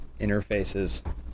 interfaces